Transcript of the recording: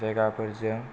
जायगाफोरजों